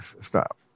stop